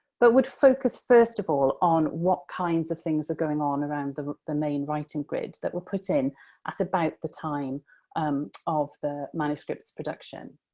but would focus, first of all, on what kinds of things are going on around the the main writing grid that were put in at about the time um of the manuscript's production.